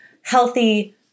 healthy